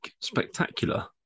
spectacular